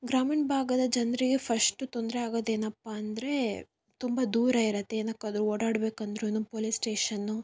ಗ್ರಾಮೀಣ ಭಾಗದ ಜನರಿಗೆ ಫಸ್ಟ್ ತೊಂದರೆ ಆಗೋದು ಏನಪ್ಪ ಅಂದರೆ ತುಂಬ ದೂರ ಇರುತ್ತೆ ಏನಕ್ಕಾದ್ರೂ ಓಡಾಡ್ಬೇಕಂದ್ರು ಪೋಲಿಸ್ ಸ್ಟೇಷನ್ನು